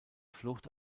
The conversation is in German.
flucht